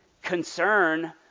Concern